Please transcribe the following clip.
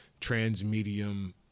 transmedium